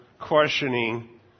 questioning